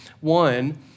one